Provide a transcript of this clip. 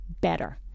better